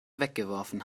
weggeworfen